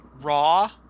raw